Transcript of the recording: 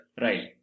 Right